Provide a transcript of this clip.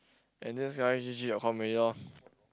and this guy G_G dot com already lor